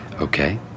Okay